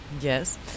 Yes